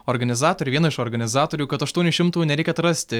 organizatorė viena iš organizatorių kad aštuonių šimtų nereikia atrasti